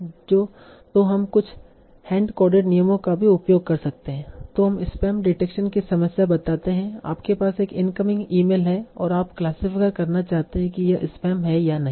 तो हम कुछ हैंड कोडेड नियमों का भी उपयोग कर सकते हैं तो हम स्पैम डिटेक्शन की समस्या बताते हैं आपके पास एक इनकमिंग ईमेल है और आप क्लासिफाय करना चाहते हैं की यह स्पैम है या नहीं